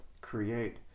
create